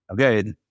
okay